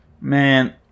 Man